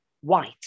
white